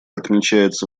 отмечается